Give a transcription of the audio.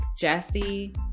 Jesse